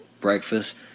breakfast